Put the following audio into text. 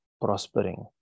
prospering